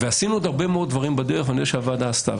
עשינו עוד הרבה דברים בדרך וגם הוועדה עשתה.